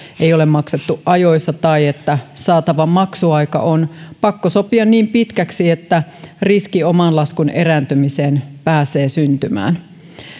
ei ole maksettu ajoissa tai että saatava maksuaika on pakko sopia niin pitkäksi että riski oman laskun erääntymiseen pääsee syntymään